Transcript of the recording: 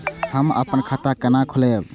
हम अपन खाता केना खोलैब?